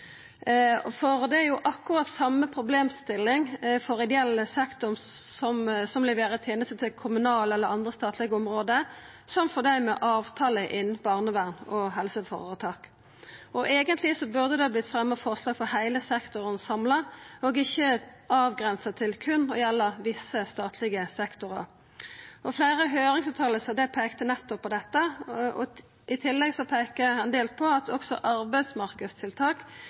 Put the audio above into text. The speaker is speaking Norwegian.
Det er akkurat same problemstillinga for ideell sektor som leverer tenester til kommunale eller andre statlege område, som for dei med avtalar innan barnevern og helseføretak. Eigentleg burde ein ha fremja forslag for heile sektoren samla og ikkje avgrensa det til berre å gjelda visse statlege sektorar. Fleire høyringsutsegner peikte nettopp på dette. I tillegg peikte ein del på at arbeidsmarknadstiltak,